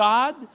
God